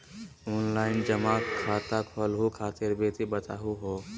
Online जमा खाता खोलहु खातिर विधि बताहु हो?